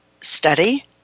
study